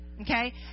Okay